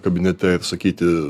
kabinete ir sakyti